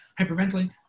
hyperventilating